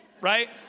right